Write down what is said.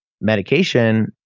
medication